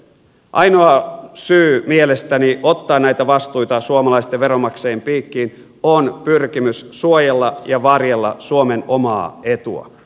ainoa syy mielestäni ottaa näitä vastuita suomalaisten veronmaksajien piikkiin on pyrkimys suojella ja varjella suomen omaa etua